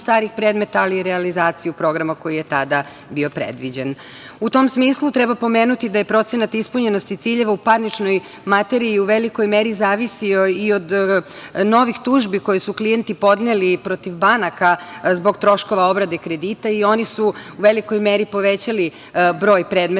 starih predmeta, ali i realizaciju programa koji je tada bio predviđen.U tom smislu treba pomenuti da je procenat ispunjenosti ciljeva u parničnoj materiji i u velikoj meri zavisio i od novih tužbi koje su klijenti podneli protiv banaka zbog troškova obrade kredita i oni su u velikoj meri povećali broj predmeta